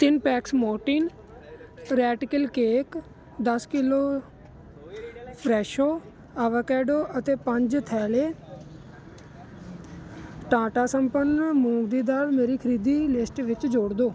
ਤਿੰਨ packs Mortein rat kill cake ਦਸ kilo Fresho avocado ਅਤੇ ਪੰਜ ਥੈਲੈ ਟਾਟਾ ਸੰਪੰਨ ਮੂੰਗ ਦੀ ਦਾਲ ਮੇਰੀ ਖਰੀਦੀ ਲਿਸਟ ਵਿੱਚ ਜੋੜ ਦਿਓ